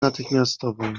natychmiastową